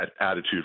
attitude